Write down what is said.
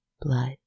blood